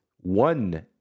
one